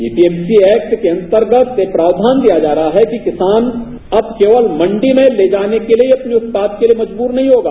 EPFC act के अंतर्गत यह प्राव्यान दिया जा रहा है कि किसान अब केवल मंडी में ले जाने के लिए अपने उत्पाद के लिए मजबूर नहीं होगा